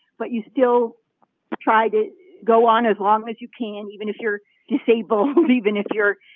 but you still try to go on as long as you can, even if you're disabled, even if you're,